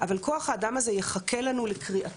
אבל כוח האדם הזה יחכה לנו,